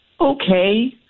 Okay